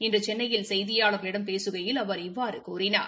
இன்று சென்னையில் செய்தியாளர்களிடம் பேசுகையில் அவர் இவ்வாறு கூறினார்